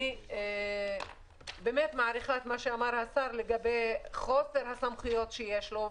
אני מעריכה את מה שאמר השר לגבי חוסר הסמכויות שלו.